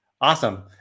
Awesome